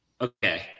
Okay